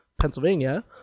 Pennsylvania